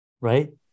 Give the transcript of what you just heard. right